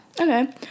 Okay